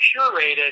curated